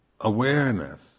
awareness